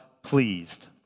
pleased